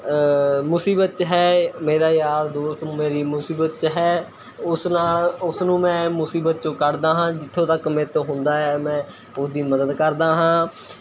ਮੁਸੀਬਤ 'ਚ ਹੈ ਮੇਰਾ ਯਾਰ ਦੋਸਤ ਮੇਰੀ ਮੁਸੀਬਤ 'ਚ ਹੈ ਉਸ ਨਾਲ਼ ਉਸ ਨੂੰ ਮੈਂ ਮੁਸੀਬਤ ਚੋਂ ਕੱਢਦਾ ਹਾਂ ਜਿੱਥੋਂ ਤੱਕ ਮੇਰੇ ਤੋਂ ਹੁੰਦਾ ਹੈ ਮੈਂ ਉਸਦੀ ਮਦਦ ਕਰਦਾ ਹਾਂ